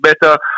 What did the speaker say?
better